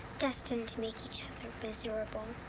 destined to make each other miserable.